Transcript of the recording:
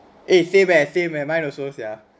eh same eh same eh mine also ya